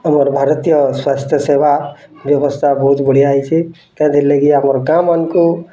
ଆମର୍ ଭାରତୀୟ ସ୍ୱାସ୍ଥ୍ୟ ସେବା ବ୍ୟବସ୍ଥା ବହୁତ ବଢ଼ିଆ ହୋଇଛି ସେଥିର୍ ଲାଗି ଆମର୍ ଗାଁମାନଙ୍କୁ